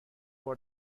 بار